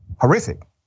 horrific